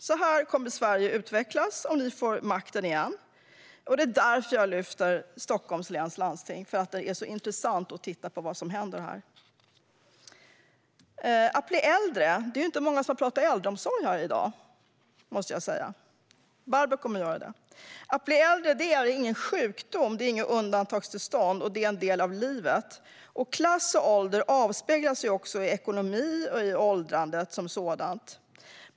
Så här kommer Sverige att utvecklas om ni får makten igen. Det är därför jag lyfter upp frågan om Stockholms läns landsting. Det är intressant att titta på vad som händer här. Det är inte många som har talat om äldreomsorg i dagens debatt, men Barbro Westerholm kommer att göra det i sitt anförande. Att bli äldre är ingen sjukdom eller något undantagstillstånd, utan det är en del av livet. Klass och ålder avspeglar sig i ekonomi och i åldrandet som sådant.